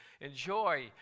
enjoy